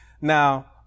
Now